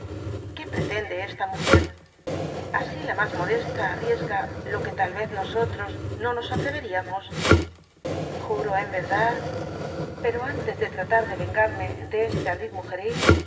que pretende esta muger asi la mas modesta arriesga lo que tal vez nosotros no no atreyeriamos juro en yerdad pero antes de tratar de vengarme de este